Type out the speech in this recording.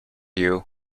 you